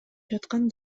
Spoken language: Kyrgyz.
жаткан